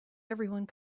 everyone